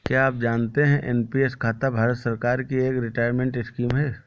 क्या आप जानते है एन.पी.एस खाता भारत सरकार की एक रिटायरमेंट स्कीम है?